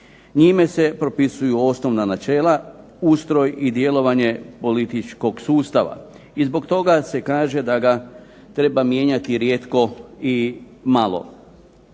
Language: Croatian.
Njime se propisuju osnovna načela, ustroj i djelovanje političkog sustava i zbog toga se kaže da ga treba mijenjati rijetko i malo.